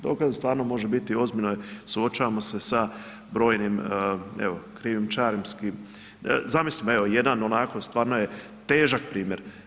Dokaz stvarno može biti ozbiljno suočavamo se sa brojnim evo krijumčarskim, zamislimo evo jedan onako stvarno je težak primjer.